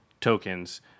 tokens